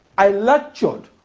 i lectured